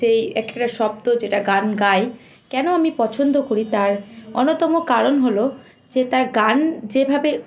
সেই একটা সপ্ত যেটা গান গায় কেন আমি পছন্দ করি তার অন্যতম কারণ হলো যে তার গান যেভাবে